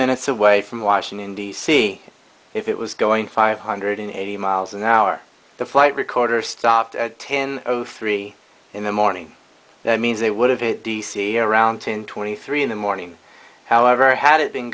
minutes away from washington d c if it was going five hundred eighty miles an hour the flight recorder stopped at ten o three in the morning that means it would have hit d c around ten twenty three in the morning however had it